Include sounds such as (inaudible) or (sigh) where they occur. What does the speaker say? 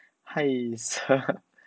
!hais! (laughs)